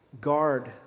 guard